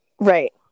Right